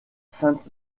sainte